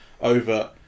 over